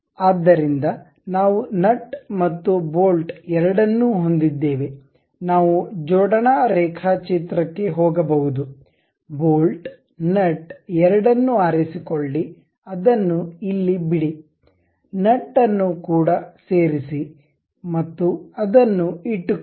ಆದ್ದರಿಂದ ನಾವು ನಟ್ ಮತ್ತು ಬೋಲ್ಟ್ ಎರಡನ್ನೂ ಹೊಂದಿದ್ದೇವೆ ನಾವು ಜೋಡಣಾ ರೇಖಾಚಿತ್ರ ಕ್ಕೆ ಹೋಗಬಹುದು ಬೋಲ್ಟ್ ನಟ್ ಎರಡನ್ನೂ ಆರಿಸಿಕೊಳ್ಳಿ ಅದನ್ನು ಇಲ್ಲಿ ಬಿಡಿ ನಟ್ ಅನ್ನು ಕೂಡ ಸೇರಿಸಿ ಮತ್ತು ಅದನ್ನು ಇಟ್ಟುಕೊಳ್ಳಿ